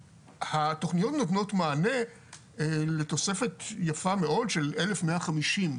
התוכניות נותנות מענה לתוספת יפה מאוד של אלף מאה חמישים.